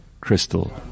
crystal